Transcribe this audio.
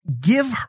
give